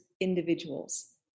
Individuals